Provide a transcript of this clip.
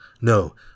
No